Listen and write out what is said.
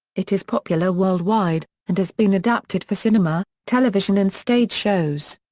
it is popular worldwide, and has been adapted for cinema, television and stage shows.